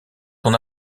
son